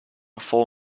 full